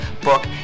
Book